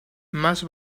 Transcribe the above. más